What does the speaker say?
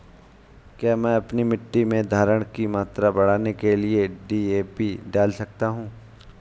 क्या मैं अपनी मिट्टी में धारण की मात्रा बढ़ाने के लिए डी.ए.पी डाल सकता हूँ?